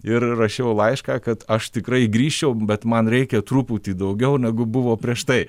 ir rašiau laišką kad aš tikrai grįžčiau bet man reikia truputį daugiau negu buvo prieš tai